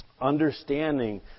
understanding